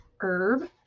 herb